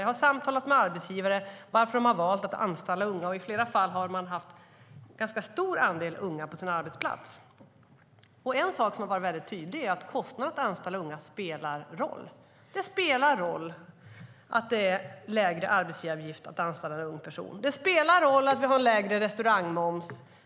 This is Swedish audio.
Jag har samtalat med arbetsgivare om varför de har valt att anställa unga. I flera fall har de haft en ganska stor andel unga på sin arbetsplats. En sak som har varit väldigt tydlig är att kostnaderna för att anställa unga spelar roll. Det spelar roll att det är lägre arbetsgivaravgift att anställa en ung person. Det spelar roll att vi har lägre restaurangmoms.